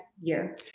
year